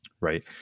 right